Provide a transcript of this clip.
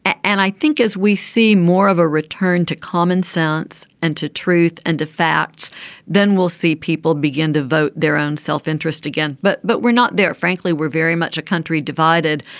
and i think as we see more of a return to common sense and to truth and to facts then we'll see people begin to vote their own self-interest again. but but we're not there frankly we're very much a country divided.